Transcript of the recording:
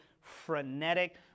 frenetic